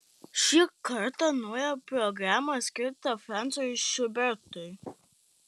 šį kartą nauja programa skirta francui šubertui